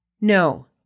No